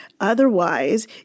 Otherwise